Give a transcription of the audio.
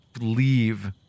Leave